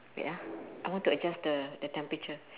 wait ah I want to adjust the the temperature